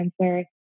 cancer